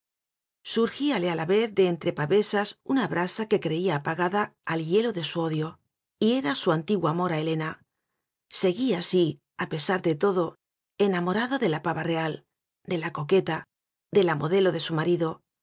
marido surgíale a la vez de entre pavesas una brasa que creía apagada al hielo de su odio y era su antiguo amor a helena seguía sí a pe sar de todo enamorado de la pava real de la coqueta de la modelo de su marido